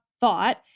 thought